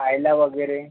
खायला वगैरे